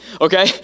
okay